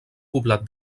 poblat